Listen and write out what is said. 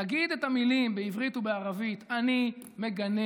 תגיד את המילים בעברית ובערבית: אני מגנה